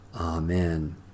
Amen